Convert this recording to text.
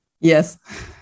yes